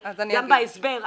גם בהסבר,